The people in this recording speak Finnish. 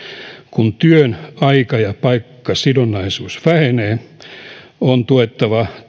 kun työn aika ja paikkasidonnaisuus vähenee on tuettava